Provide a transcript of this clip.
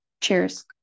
Cheers